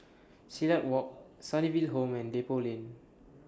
Silat Walk Sunnyville Home and Depot Lane